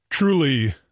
Truly